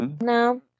No